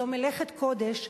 זו מלאכת קודש,